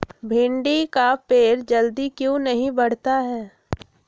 भिंडी का पेड़ जल्दी क्यों नहीं बढ़ता हैं?